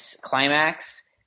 climax